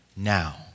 Now